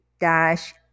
dash